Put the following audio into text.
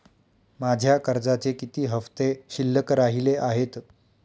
माझ्या कर्जाचे किती हफ्ते शिल्लक राहिले आहेत?